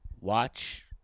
Watch